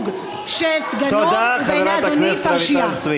האם הייצוג של גנור הוא בעיני אדוני הוא פרשייה.